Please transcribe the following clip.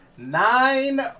Nine